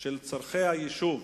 של צורכי היישוב